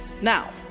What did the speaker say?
now